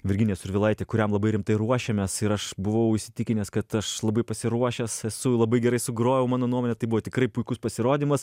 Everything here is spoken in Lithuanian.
virginija survilaite kuriam labai rimtai ruošėmės ir aš buvau įsitikinęs kad aš labai pasiruošęs esu labai gerai sugrojau mano nuomone tai buvo tikrai puikus pasirodymas